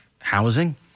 housing